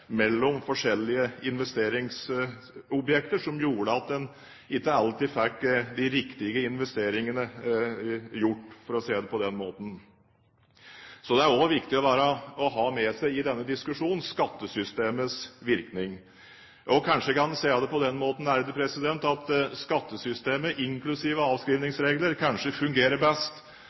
forskjellige investeringsobjekter som gjorde at en ikke alltid fikk de riktige investeringene gjort, for å si det på den måten. Så det er også viktig å ha med seg skattesystemets virkning i denne diskusjonen. Kanskje kan en si det på den måten at skattesystemet inklusive avskrivningsregler kanskje fungerer best